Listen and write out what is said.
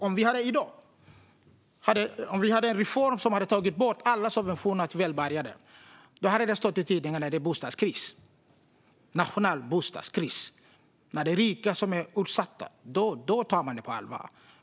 Om vi i dag hade en reform som hade tagit bort alla subventioner till välbärgade hade det stått i tidningarna att det var nationell bostadskris. När det är rika som är utsatta tar man det på allvar.